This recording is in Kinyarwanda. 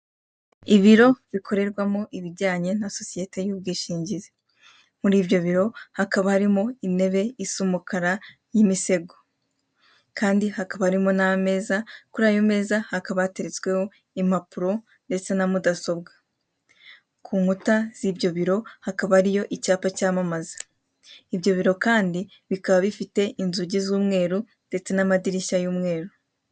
Ibiro bikorerwamo ibijyanye na sosiyeti y'ubwishingizi. Muri ibyo biro hakaba harimo intebe isa umukara y'imisego. Kandi hakaba harimo n'ameza, kuri ayo meza hakaba hateretsweho impapuro ndetse na mudasobwa. Ku nkuta z'ibyo biro hakaba hariyo icyapa cyamamaza. Ibyo biro kandi bikaba bifite inzugi z'umweru ndetse n'amadirishya y'umweru.